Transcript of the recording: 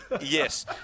yes